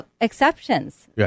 exceptions